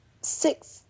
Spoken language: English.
six